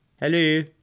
Hello